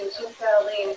צמצום פערים,